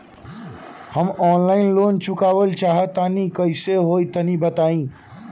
हम online loan चुकावल चाहऽ तनि कइसे होई तनि बताई?